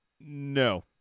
no